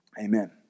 Amen